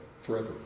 Forever